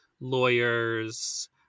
lawyers